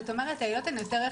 זאת אומרת העילות הן יותר רחבות.